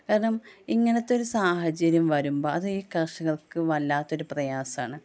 കാരണം ഇങ്ങനത്തെയൊരു സാഹചര്യം വരുമ്പോൾ അത് ഈ കർഷകർക്ക് വല്ലാത്തൊരു പ്രയാസമാണ്